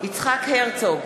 יצחק הרצוג,